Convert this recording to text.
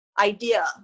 idea